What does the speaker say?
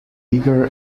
bigger